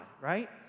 right